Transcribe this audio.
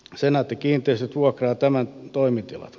senaatti kiinteistöt vuokraa tämän toimitilat